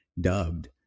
dubbed